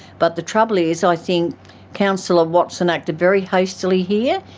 but the trouble is i think councillor watson acted very hastily here,